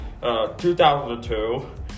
2002